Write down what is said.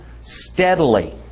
steadily